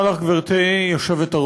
תודה לך, גברתי היושבת-ראש.